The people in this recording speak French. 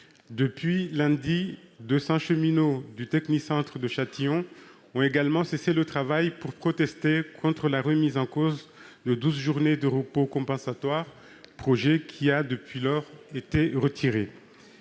Depuis lundi, deux cents cheminots du technicentre de Châtillon ont également cessé le travail pour protester contre la remise en cause de douze journées de repos compensatoires, projet qui a été retiré